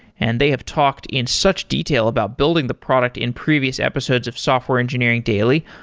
and they have talked in such detail about building the product in previous episodes of software engineering daily.